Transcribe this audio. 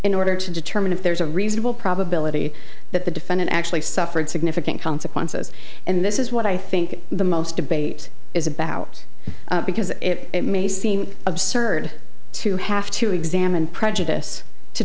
in order to determine if there's a reasonable probability that the defendant actually suffered significant consequences and this is what i think the most debate is about because it may seem absurd to have to examine prejudice to